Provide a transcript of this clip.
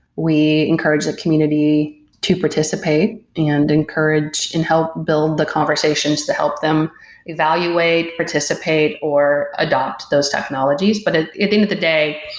we encourage the community to participate and encourage and help build the conversations to help them evaluate, participate or adapt those technologies. but at the end of the day,